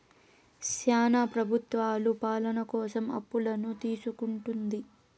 శ్యానా ప్రభుత్వాలు పాలన కోసం అప్పులను తీసుకుంటుంది